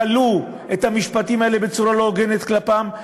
שניהלו את המשפטים האלה בצורה לא הוגנת כלפיהם.